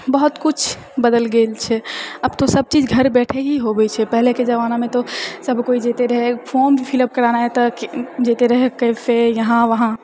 बहुत किछु बदलि गेल छै अब तो सबचीज घर बैठे ही होवे छै पहिलेके जबानामे तो सब कोइ जते रहै फॉर्म भी फिलअप कराना रहै तऽ जाएत रहै कैफे यहाँ वहाँ